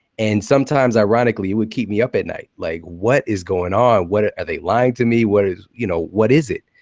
and sometimes, ironically, it would keep me up at night. like what is going on? ah are they lying to me? what is you know what is it?